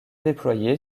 déployé